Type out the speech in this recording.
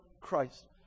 Christ